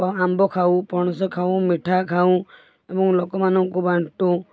ଆମ୍ବ ଖାଉ ପଣସ ଖାଉଁ ମିଠା ଖାଉଁ ଏବଂ ଲୋକମାନଙ୍କୁ ବାଣ୍ଟୁ